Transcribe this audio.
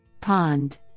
Pond